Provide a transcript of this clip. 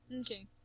Okay